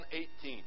18